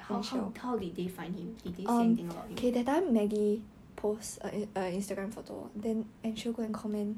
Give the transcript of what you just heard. how how how did they find him did they say anything about him